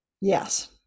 Yes